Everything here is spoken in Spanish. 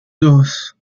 dos